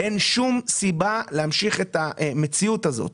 אין שום סיבה להמשיך את המציאות הזאת.